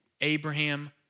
Abraham